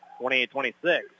28-26